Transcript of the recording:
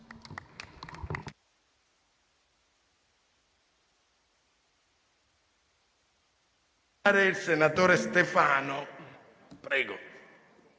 Grazie,